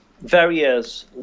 various